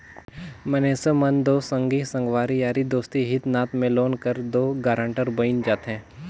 मइनसे मन दो संगी संगवारी यारी दोस्ती हित नात में लोन कर दो गारंटर बइन जाथे